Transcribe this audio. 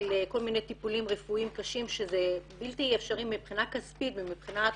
של כל מיני טיפולים רפואיים קשים שזה בלתי אפשרי מבחינה כספית ומבחינת